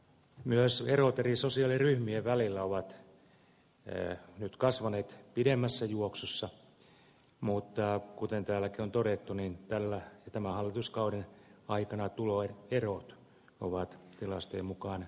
myös erot eri sosiaaliryhmien välillä ovat nyt kasvaneet pidemmässä juoksussa mutta kuten täälläkin on todettu tämän hallituskauden aikana tuloerot ovat tilastojen mukaan pienentyneet